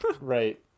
right